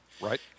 Right